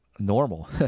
normal